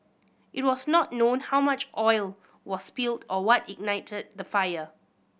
it was not known how much oil was spilled or what ignited the fire